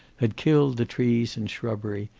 had killed the trees and shrubbery,